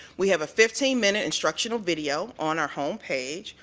we have a fifteen minute instructional video on our home page.